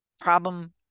problem